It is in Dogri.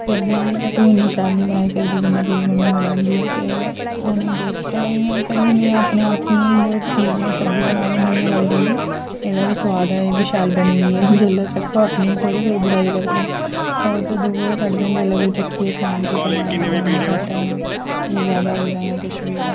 फिर बी तू इ'न्नी शैल निं बनाई सकदी जि'न्ना तेरी मम्मी बनांदी ऐ ते ओह् नेही टेस्ट पैह्लें इ'यां अपने आप च मिगी इ'यां सब्जी बनांऽ ते मिगी इ'यां लगदा की एह्दा बी सोआद ऐ एह् बी शैल बनी दी ऐ जेल्लै चखो अपनी थोह्ड़ी कोई बुराई करदा ओह् ते दूऐ गै कड्ढदे न जेल्लै कोई चक्खियै सनांऽ की भाई आं नमक घट्ट ऐ जां जादा होई दा जां किश बी ऐ